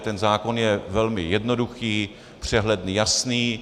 Ten zákon je velmi jednoduchý, přehledný jasný.